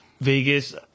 Vegas